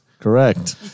Correct